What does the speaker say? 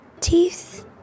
teeth